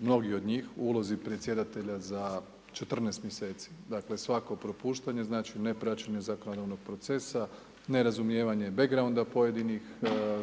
mnogi od njih u ulozi predsjedatelja za 14 mjeseci, dakle svako propuštanje znači ne praćenje zakonodavnog procesa, nerazumijevanje, back grounda pojedinih